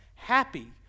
happy